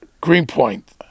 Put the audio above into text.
Greenpoint